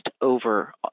over